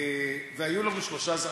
והיו לנו שלושה.